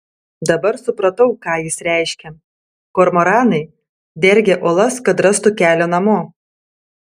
dabar supratau ką jis reiškia kormoranai dergia uolas kad rastų kelią namo